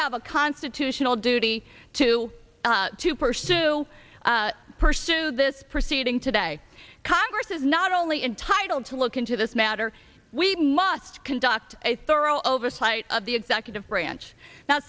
have a constitutional duty to to pursue pursue this proceeding today congress is not only entitled to look into this matter we must conduct a thorough oversight of the executive branch